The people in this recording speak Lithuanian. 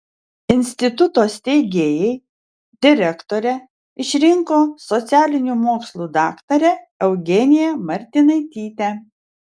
instituto steigėjai direktore išrinko socialinių mokslų daktarę eugeniją martinaitytę